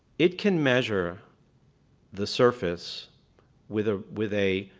it can measure the surface with ah with a